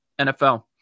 NFL